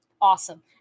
awesome